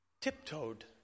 tiptoed